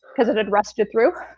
because it and rusted through,